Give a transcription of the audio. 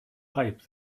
pipe